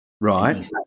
Right